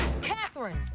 Catherine